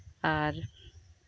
ᱟᱨ